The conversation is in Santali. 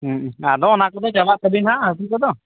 ᱟᱫᱚ ᱚᱱᱟᱠᱚᱫᱚ ᱪᱟᱵᱟᱜ ᱛᱟᱹᱵᱤᱱᱟ ᱱᱟᱦᱟᱜ ᱦᱟᱹᱥᱩ ᱠᱚᱫᱚ